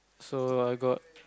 so I got